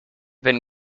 been